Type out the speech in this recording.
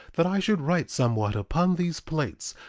that i should write somewhat upon these plates,